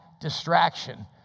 distraction